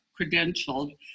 credentialed